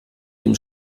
dem